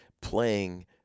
playing